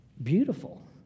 Beautiful